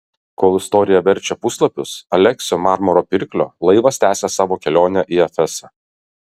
kol istorija verčia puslapius aleksio marmuro pirklio laivas tęsia savo kelionę į efesą